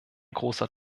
großer